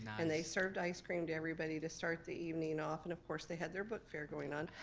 and they served ice cream to everybody to start the evening off. and of course they had their book fair going on.